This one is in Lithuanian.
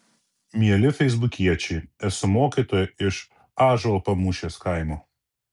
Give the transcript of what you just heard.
mieli feisbukiečiai esu mokytoja iš ąžuolpamūšės kaimo